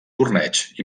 torneigs